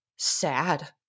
Sad